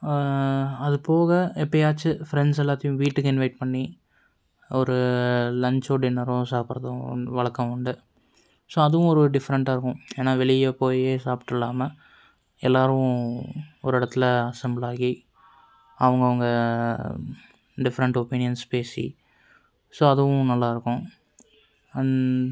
அதுபோக எப்பேயாச்சு ஃப்ரெண்ட்ஸ் எல்லாத்தையும் வீட்டுக்கு இன்வைட் பண்ணி ஒரு லஞ்ச்சோ டின்னரோ சாப்பிட்றதும் வழக்கம் உண்டு ஸோ அதுவும் ஒரு டிஃபரெண்ட்டாக இருக்கும் ஏன்னால் வெளியே போய் சாப்பிட்டு இல்லாமல் எல்லாேரும் ஒரு இடத்துல அசெம்புள் ஆகி அவங்க அவங்க டிஃபரெண்ட் ஒப்பீனியன்ஸ் பேசி ஸோ அதுவும் நல்லாயிருக்கும் அண்ட்